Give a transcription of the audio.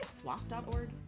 Swap.org